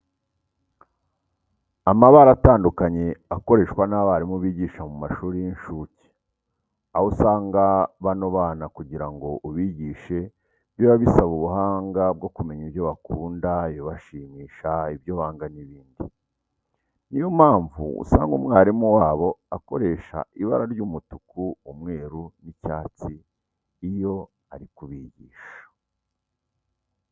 Amabara atandukanye akoreshwa n'abarimu bigisha mu mashuri y'incuke, aho usanga bano bana kugira ngo ubigishe biba bisaba ubuhanga bwo kumenya ibyo bakunda, ibibashimisha, ibyo banga n'ibindi. Niyo mpamvu usanga mwarimu wabo akoresha ibara ry'umutuku, umweru n'icyatsi iyo ari kubigisha.